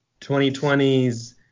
2020s